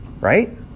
Right